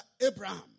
Abraham